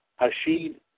Hashid